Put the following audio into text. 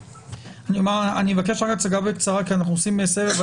אני מבקש רק הצגה בקצרה כי אנחנו עושים סבב.